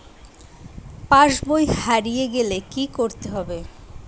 পাশবই হারিয়ে গেলে কি করতে হবে?